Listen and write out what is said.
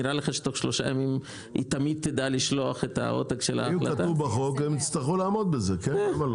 נראה לך שתוך שלושה ימים היא תמיד תדע לשלוח את העותק של ההחלטה?